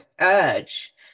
urge